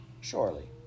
surely